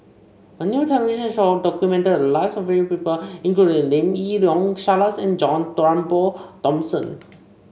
a new television show documented the lives of various people including Lim Yi Yong Charles and John Turnbull Thomson